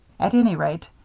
at any rate,